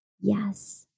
yes